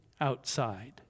outside